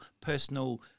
personal